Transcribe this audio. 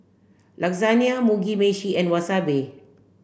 Lasagne Mugi meshi and Wasabi